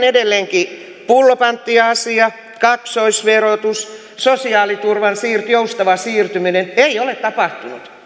edelleenkin pullopanttiasia kaksoisverotus sosiaaliturvan joustava siirtyminen ei ole tapahtunut